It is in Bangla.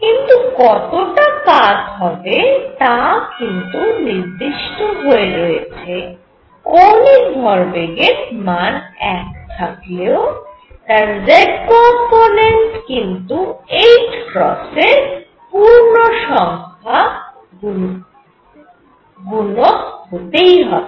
কিন্তু কতটা কাত হবে তা কিন্তু নির্দিষ্ট হয়ে রয়েছে কৌণিক ভরবেগের মান এক থাকলেও তার z কম্পোনেন্ট কিন্তু এর পূর্ণসংখ্যা গুণক হতেই হবে